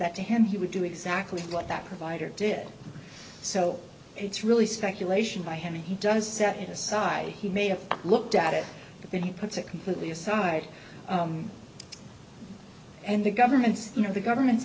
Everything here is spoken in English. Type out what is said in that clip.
that to him he would do exactly what that provider did so it's really speculation by him he does set it aside he may have looked at it but then he puts it completely aside and the governments know the government's